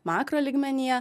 makro lygmenyje